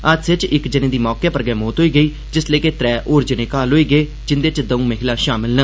हादसे च इक जने दी मौके पर गै मौत होई गेई जिल्ले के त्रै होर जने घायल होई गे जिन्दे च दौं महिलां शामल न